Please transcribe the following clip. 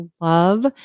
love